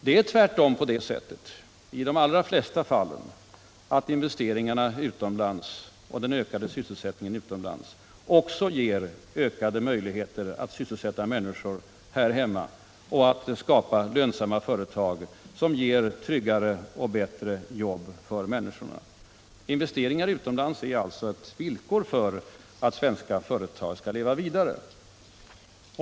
Det är tvärtom i de allra flesta fall på det sättet att investeringar utomlands och ökad sysselsättning utomlands också ger ökade möjligheter att sysselsätta människor här hemma och att skapa lönsamma företag som ger tryggare och bättre jobb för vårt folk. Investeringar utomlands är alltså ofta ett villkor för att svenska företag skall leva vidare.